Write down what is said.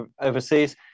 overseas